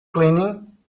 cleaning